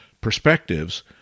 perspectives